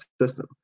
system